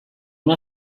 una